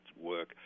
work